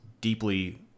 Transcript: deeply